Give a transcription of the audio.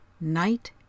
night